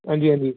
आं जी आं जी